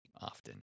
often